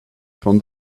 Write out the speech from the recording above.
from